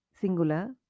singular